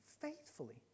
faithfully